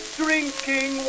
drinking